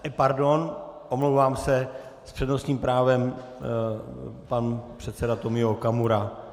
Pardon, omlouvám se, s přednostním právem pan předseda Tomio Okamura.